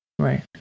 Right